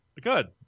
Good